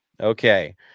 Okay